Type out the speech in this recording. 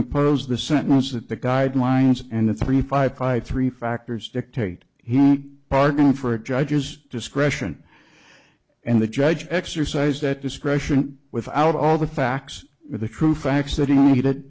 impose the sentence that the guidelines and the three five five three factors dictate he bargained for a judge's discretion and the judge exercise that discretion without all the facts the true facts that he needed